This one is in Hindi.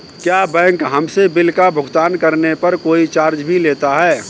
क्या बैंक हमसे बिल का भुगतान करने पर कोई चार्ज भी लेता है?